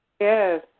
Yes